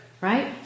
right